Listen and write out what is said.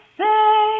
say